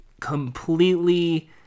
completely